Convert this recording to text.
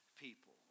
people